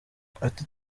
ati